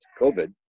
COVID